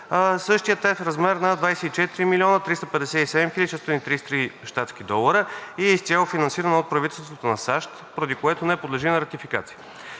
Същият е в размер на 24 млн. 357 хил. 633 щатски долара и е изцяло финансиран от правителството на САЩ, поради което не подлежи на ратификация.